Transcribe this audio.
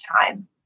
time